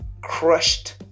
crushed